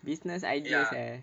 business ideas eh